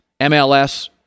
MLS